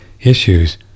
issues